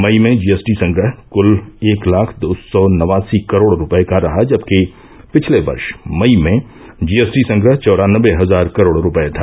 मई में जीएसटी संग्रह कुल एक लाख दो सौ नवासी करोड़ रुपये का रहा जबकि पिछले वर्ष मई में जीएसटी संग्रह चौरानबे हजार करोड़ रुपये था